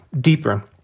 deeper